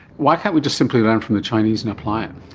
why can't we just simply learn from the chinese and apply it?